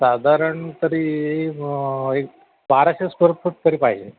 साधारण तरी बाराशे स्क्वेअर फूट तरी पाहिजे